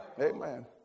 Amen